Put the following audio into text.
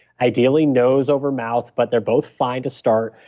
ideally nose over mouth, but they're both fine to start.